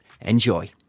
enjoy